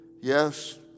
Yes